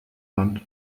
land